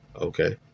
Okay